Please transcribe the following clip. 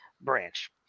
branch